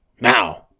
now